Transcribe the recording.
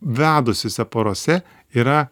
vedusiuose porose yra